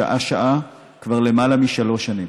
שעה-שעה, כבר למעלה משלוש שנים.